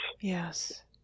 Yes